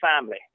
family